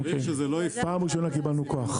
פעם ראשונה קיבלנו כוח.